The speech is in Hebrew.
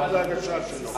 עד להגשה שלו.